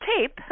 tape